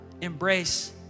embrace